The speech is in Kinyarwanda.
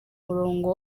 murongo